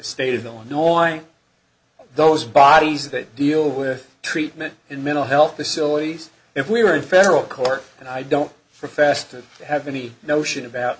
state of illinois those bodies that deal with treatment in mental health facilities if we were in federal court and i don't profess to have any notion about